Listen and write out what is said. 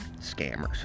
scammers